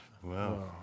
Wow